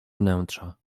wnętrza